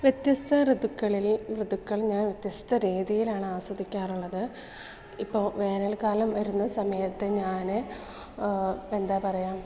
വ്യത്യസ്ഥ ഋതുക്കളിൽ ഋതുക്കൾ ഞാൻ വ്യത്യസ്ഥ രീതിയിലാണ് ആസ്വദിക്കാറുള്ളത് ഇപ്പോൾ വേനൽക്കാലം വരുന്ന സമയത്ത് ഞാൻ ഇപ്പോൾ എന്താണ് പറയുക